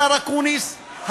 השר אקוניס,